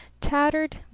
tattered